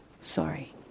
sorry